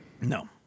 No